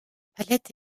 palette